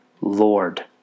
lord